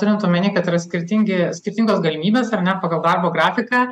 turint omeny kad yra skirtingi skirtingos galimybės ar ne pagal darbo grafiką